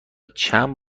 چند